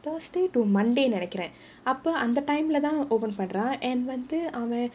thursday to monday நினைக்குறேன் அப்போ அந்த:ninaikkuraen appo antha time leh தான்:dhaan open பண்ற:pandra and வந்து அவன்:vanthu avan